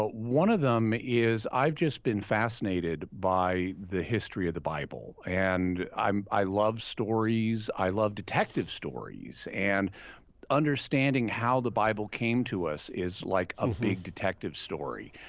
ah one of them is, i've just been fascinated by the history of the bible. and i love stories. i love detective stories and understanding how the bible came to us is like a big detective story.